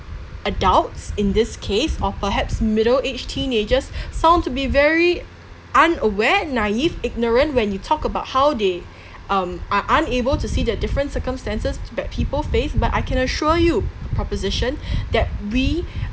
adults in this case or perhaps middle age teenagers sound to be very unaware naive ignorant when you talk about how they um are unable to see the different circumstances that people face but I can assure you proposition that we